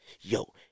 Yo